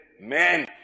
men